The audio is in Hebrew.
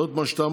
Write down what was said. לא את מה שאמרת,